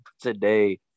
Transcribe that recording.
today